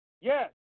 Yes